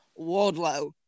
Wardlow